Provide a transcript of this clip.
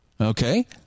Okay